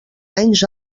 anys